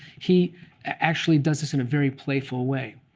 he actually does this in a very playful way.